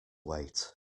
wait